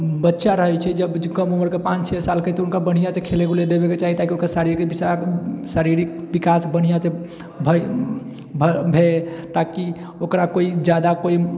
बच्चा रहैत छै जब कम उमरके पाँच छओ सालके तब हुनका बढ़िआँ से खेले बूले देबएके चाही ताकि शारीरिक विकास बढ़िआँ से होए ताकि ओकरा कोइ जादा कोइ